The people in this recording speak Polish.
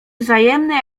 wzajemnie